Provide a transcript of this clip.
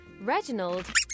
Reginald